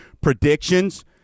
predictions